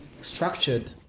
structured